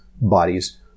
bodies